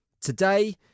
Today